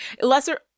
Lesser-